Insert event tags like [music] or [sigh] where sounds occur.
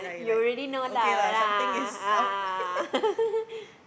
you already know lah but a'ah a'ah a'ah [laughs]